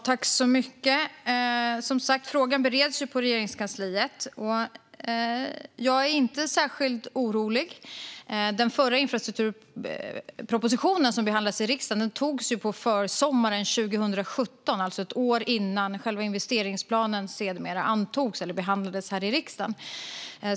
Fru talman! Frågan bereds som sagt på Regeringskansliet. Jag är inte särskilt orolig. Den förra infrastrukturpropositionen som behandlades i riksdagen togs på försommaren 2017, alltså ett år innan själva investeringsplanen sedermera behandlades här i riksdagen.